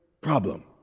problem